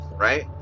Right